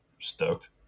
Stoked